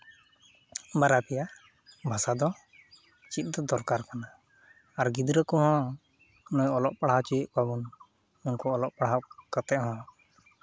ᱵᱟᱨᱭᱟ ᱯᱮᱭᱟ ᱵᱷᱟᱥᱟ ᱫᱚ ᱪᱮᱫ ᱫᱚ ᱫᱚᱨᱠᱟᱨ ᱠᱟᱱᱟ ᱟᱨ ᱜᱤᱫᱽᱨᱟᱹ ᱠᱚᱦᱚᱸ ᱩᱱᱟᱹᱜ ᱚᱞᱚᱜ ᱯᱟᱲᱦᱟ ᱦᱚᱪᱚᱭᱮᱫ ᱠᱚᱣᱟ ᱵᱚᱱ ᱩᱱᱠᱩ ᱚᱞᱚᱜ ᱯᱟᱲᱦᱟᱣ ᱠᱟᱛᱮᱫ ᱦᱚᱸ